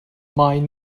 might